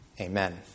Amen